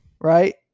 Right